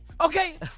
okay